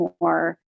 more